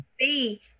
see